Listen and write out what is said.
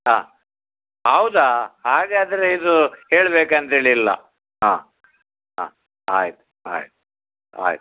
ಹಾಂ ಹೌದಾ ಹಾಗಾದ್ರೆ ಇದು ಹೇಳ್ಬೇಕು ಅಂತೇಳಿ ಇಲ್ಲ ಹಾಂ ಹಾಂ ಆಯ್ತು ಆಯ್ತು ಆಯ್ತು